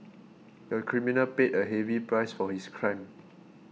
the criminal paid a heavy price for his crime